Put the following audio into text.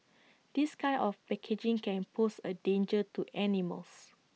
this kind of packaging can pose A danger to animals